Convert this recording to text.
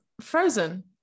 Frozen